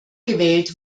gewählt